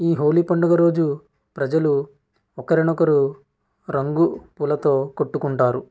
ఈ హోలీ పండుగ రోజు ప్రజలు ఒకరికొకరు రంగుల పూలతో కొట్టుకుంటారు